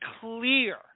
clear